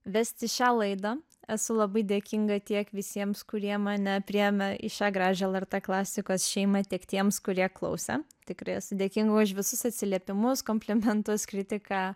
vesti šią laidą esu labai dėkinga tiek visiems kurie mane priėmė į šią gražią lrt klasikos šeimą tiek tiems kurie klausė tikrai esu dėkinga už visus atsiliepimus komplimentus kritiką